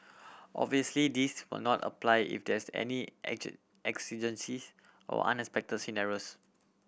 obviously this will not apply if there is any action exigencies or unexpected scenarios